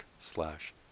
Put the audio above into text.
slash